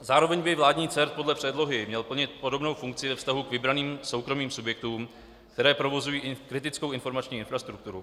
Zároveň by vládní CERT podle předlohy měl plnit podobnou funkci ve vztahu k vybraným soukromým subjektům, které provozují kritickou informační infrastrukturu.